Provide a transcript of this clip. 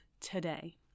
today